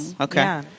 Okay